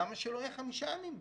למה שהוא לא יהיה חמישה ימים בבידוד?